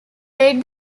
laid